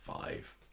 five